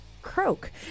Croak